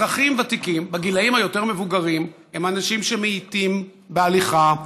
אזרחים ותיקים בגילים היותר-מבוגרים הם אנשים איטיים בהליכה,